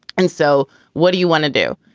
and so what do you want to do?